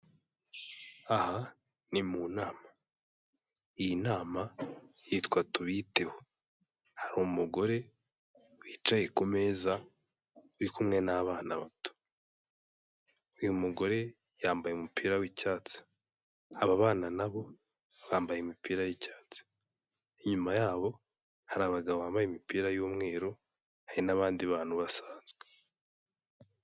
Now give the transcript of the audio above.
Aha ni mu nama. Iyi nama yitwa tubiteho. Hari umugore wicaye ku meza uri kumwe n'abana bato. Uyu mugore yambaye umupira w'icyatsi. Aba bana na bo bambaye imipira y'icyatsi. Inyuma yabo hari abagabo bambaye imipira y'umweru, hari n'abandi bantu basanzwe.